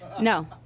No